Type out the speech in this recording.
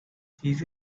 cheese